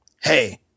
Hey